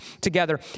together